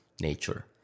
nature